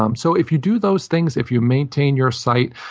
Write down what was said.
um so if you do those things, if you maintain your site,